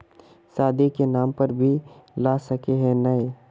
शादी के नाम पर भी ला सके है नय?